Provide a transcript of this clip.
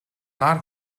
нар